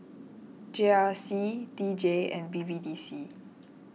G R C D J and B B D C